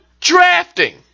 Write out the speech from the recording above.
drafting